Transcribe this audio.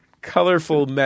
Colorful